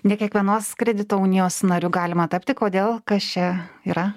ne kiekvienos kredito unijos nariu galima tapti kodėl kas čia yra